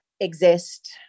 exist